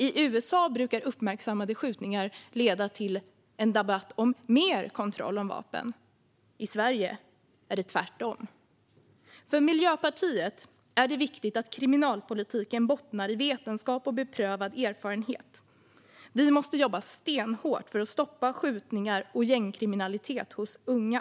I USA brukar uppmärksammade skjutningar leda till en debatt om mer kontroll av vapen, i Sverige är det tvärtom. För Miljöpartiet är det viktigt att kriminalpolitiken bottnar i vetenskap och beprövad erfarenhet. Vi måste jobba stenhårt för att stoppa skjutningar och gängkriminalitet bland unga.